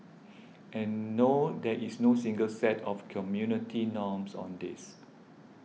and no there is no single set of community norms on this